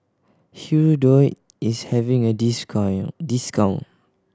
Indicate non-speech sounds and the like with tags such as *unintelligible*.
hirudoid is having a *unintelligible* discount